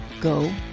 Go